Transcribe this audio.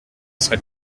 serait